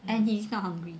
and he's not hungry